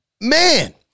man